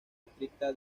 estricta